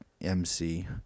mc